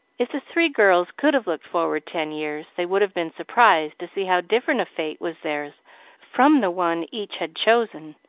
if the three girls could have looked forward ten years they would have been surprised to see how different a fate was theirs from the one each had chosen,